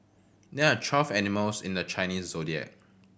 there are twelve animals in the Chinese Zodiac